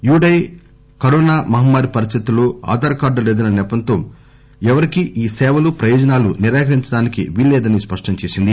you I D I corona మహమ్మారి పరిస్థితుల్లో Aadhaar card లేదన్న నెపంతో ఎవరికీ ఏ సేవలు ప్రయోజనాలు నిరాకరించడానికి వీలులేదని చెప్పింది